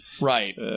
right